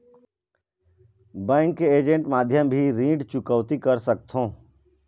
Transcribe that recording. Bank के agent माध्यम भी ऋण चुकौती कर सकथों?